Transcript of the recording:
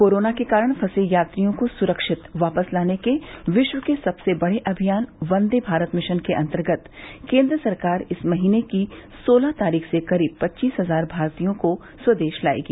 corona के कारण फंसे यात्रियों को सुरक्षित वापस लाने के विश्व के सबसे बड़े अभियान बंदे भारत मिशन के अंतर्गत केन्द्र सरकार इस महीने की सोलह तारीख से करीब पच्चीस हजार भारतीयों को स्वदेश लाएगी